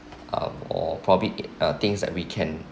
uh or probably uh things that we can